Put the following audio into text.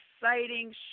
exciting